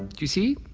d'you see?